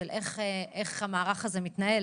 איך המערך הזה מתנהל.